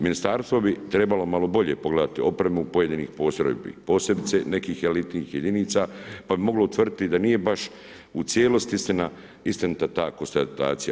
Ministarstvo bi trebalo malo bolje pogledati opremu pojedinih postrojbi, posebice nekih elitnih jedinica, pa bi mogli utvrditi da nije baš u cijelosti istinita ta konstatacija.